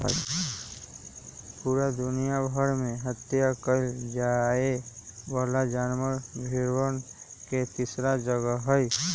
पूरा दुनिया भर में हत्या कइल जाये वाला जानवर में भेंड़वन के तीसरा जगह हई